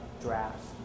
drafts